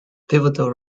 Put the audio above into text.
pivotal